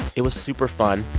it was super fun.